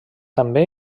també